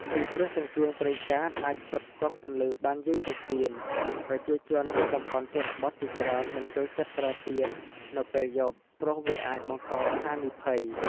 ពីព្រោះចង្កៀងប្រេងកាតអាចផ្គត់ផ្គង់ពន្លឺបានយូរជាងទៀន ប្រជាជននៅតំបន់ជនបទជាច្រើនមិនចូលចិត្តប្រើទៀននៅពេលយប់ព្រោះវាអាចបង្កហានិភ័យ។